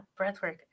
Breathwork